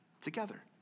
together